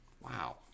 Wow